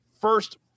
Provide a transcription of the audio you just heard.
first